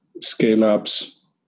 scale-ups